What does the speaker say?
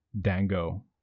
Dango